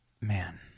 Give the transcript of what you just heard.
man